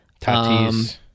Tatis